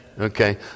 Okay